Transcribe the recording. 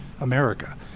america